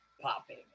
popping